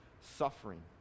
suffering